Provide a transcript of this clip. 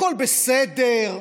הכול בסדר,